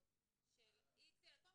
של איקס ילדים.